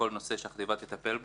בכל נושא שהחטיבה תטפל בו,